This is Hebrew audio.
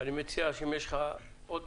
אם יהיו לך עוד